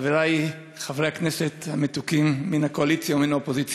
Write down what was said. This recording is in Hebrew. חברי חברי הכנסת המתוקים מן הקואליציה ומן האופוזיציה,